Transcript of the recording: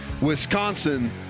Wisconsin